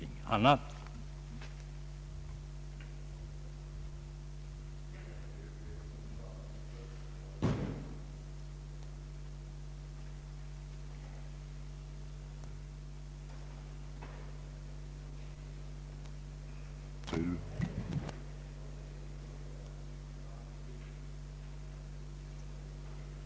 kändes en så lydande omröstningsproposition: 3. att lämnandet av lån respektive tecknandet av lånegaranti skulle göras oberoende av varandra.